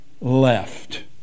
left